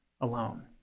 alone